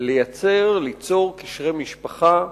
ליצור קשרי משפחה,